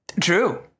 true